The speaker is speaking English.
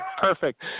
perfect